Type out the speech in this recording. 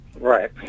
Right